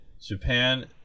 Japan